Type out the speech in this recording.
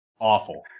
awful